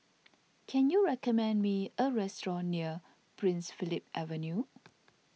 can you recommend me a restaurant near Prince Philip Avenue